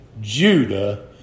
Judah